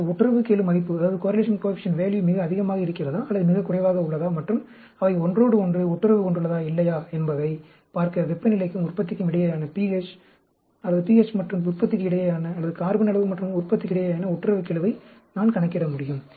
எனது ஒட்டுறவுக்கெழு மதிப்பு மிக அதிகமாக இருக்கிறதா அல்லது மிகக் குறைவாக உள்ளதா மற்றும் அவை ஒன்றோடொன்று ஒட்டுறவு கொண்டுள்ளதா இல்லையா என்பதைப் பார்க்க வெப்பநிலைக்கும் உற்பத்திக்கு இடையேயான pH மற்றும் உற்பத்திக்கு இடையேயான கார்பன் அளவு மற்றும் உற்பத்திக்கு இடையேயான ஒட்டுறவுக்கெழுவை நான் கணக்கிட முடியும்